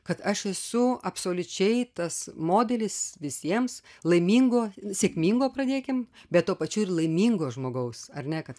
kad aš esu absoliučiai tas modelis visiems laimingo sėkmingo pradėkim bet tuo pačiu ir laimingo žmogaus ar ne kad